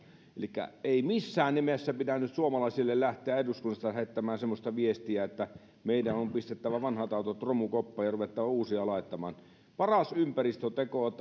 elikkä ei missään nimessä pidä nyt suomalaisille lähteä eduskunnasta lähettämään semmoista viestiä että meidän on pistettävä vanhat autot romukoppaan ja ruvettava uusia laittamaan paras ympäristöteko on että